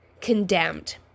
condemned